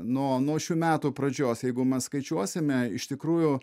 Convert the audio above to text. nuo nuo šių metų pradžios jeigu mes skaičiuosime iš tikrųjų